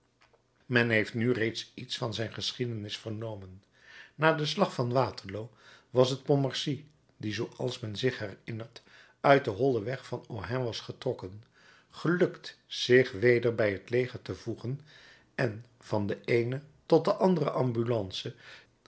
men heeft nu reeds iets van zijn geschiedenis vernomen na den slag van waterloo was het pontmercy die zooals men zich herinnert uit den hollen weg van ohain was getrokken gelukt zich weder bij het leger te voegen en van de eene tot de andere ambulance